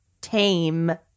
tame